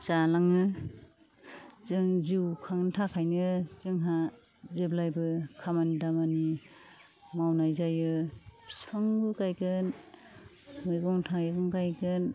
जालाङो जों जिउ खांनो थाखायनो जोंहा जेब्लायबो खामानि दामानि मावनाय जायो बिफां गायगोन मैगं थाइगं गायगोन